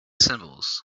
symbols